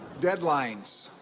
deadlines